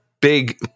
big